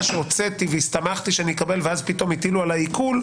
שהוצאתי והסתמכתי שאתקבל ואז פתאום הטילו עליי עיקול,